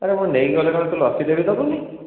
ଆରେ ମୁଁ ନେଇ ଗଲେ ପରା ତୁ ଲସିଟା ବି ଦେବୁନି